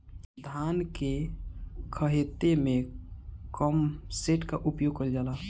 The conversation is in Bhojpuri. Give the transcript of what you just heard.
धान के ख़हेते में पम्पसेट का उपयोग कइल जाला?